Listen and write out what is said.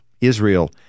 Israel